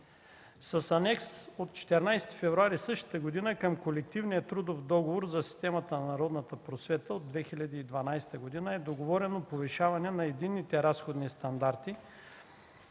С Анекс от 14 февруари същата година към колективния трудов договор за системата на народната просвета от 2012 г. е договорено повишаването на единните разходни стандарти